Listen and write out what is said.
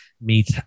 meet